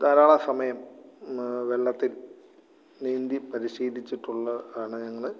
ധാരാളം സമയം വെള്ളത്തിൽ നീന്തി പരിശീലിച്ചിട്ടുള്ള ആണ് ഞങ്ങള്